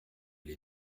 les